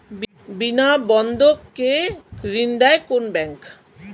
বিনা বন্ধক কে ঋণ দেয় কোন ব্যাংক?